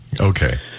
Okay